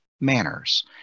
manners